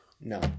No